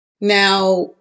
Now